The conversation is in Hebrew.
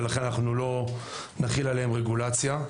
ולכן אנחנו לא נחיל עליהם רגולציה,